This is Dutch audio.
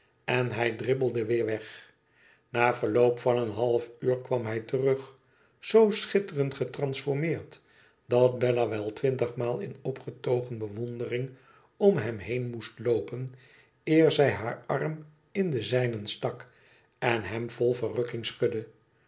en hij dribbelde weer weg na verloop van een halfuurkwamhij terug zoo schitterend getransformeerd dat bella wel twintigmaal in opgetogen bewondering om hem heen moest loopen eer zij haar arm in den zijnen stak en hem vol verrukking schudde